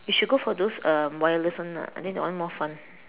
you should go for those um wireless one lah I think that one more fun